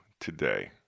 today